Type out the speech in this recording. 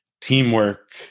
teamwork